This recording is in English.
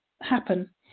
happen